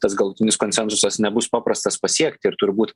tas galutinis konsensusas nebus paprastas pasiekti ir turbūt